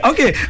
Okay